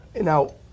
Now